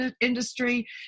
industry